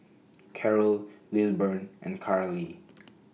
Carrol Lilburn and Karly